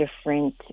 different